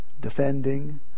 defending